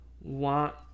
want